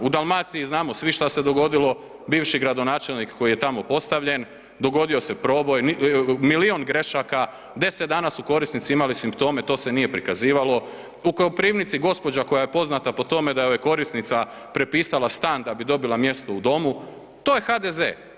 U Dalmaciji znamo svi što se dogodilo, bivši gradonačelnik koji je tamo postavljen, dogodio se proboj, milijun grešaka, 10 dana su korisnici imali simptome, to se nije prikazivalo, u Koprivnici gospođa koje je poznata po tome da joj je korisnica prepisala stan da bi dobila mjesto u domu, to je HDZ.